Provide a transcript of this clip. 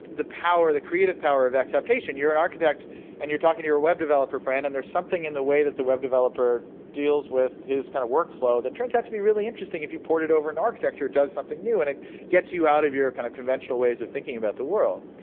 the power, the creative power of exaptation, you're an architect and you're talking to your web developer friend and there's something in the way that the web developer deals with his kind of work flow that turns out to be really interesting. if you poured it over and architecture, it does something new and it gets you out of your kind of conventional way of thinking about the world.